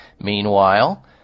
Meanwhile